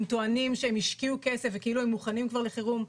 הם טוענים שהם השקיעו כסף ושהם מוכנים כביכול לחירום,